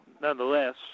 nonetheless